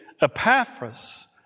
Epaphras